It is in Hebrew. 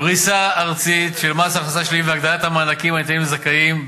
פריסה ארצית של מס הכנסה שלילי והגדלת המענקים הניתנים לזכאים.